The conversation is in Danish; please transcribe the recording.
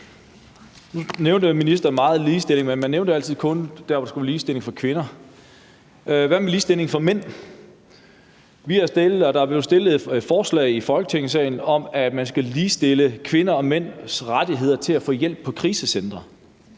Nu nævnte ministeren mange gange ligestilling, men hun nævnte det kun der, hvor der skulle være ligestilling for kvinder. Hvad med ligestilling for mænd? Der er blevet fremsat et forslag i Folketinget om, at man skal ligestille kvinders og mænds rettigheder til at få hjælp på krisecentre